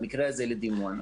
במקרה הזה לדימונה.